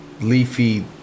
leafy